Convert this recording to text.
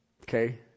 Okay